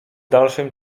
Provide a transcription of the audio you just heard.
dalszym